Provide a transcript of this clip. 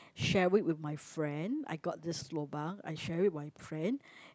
share it with my friend I got this lobang I share with my friend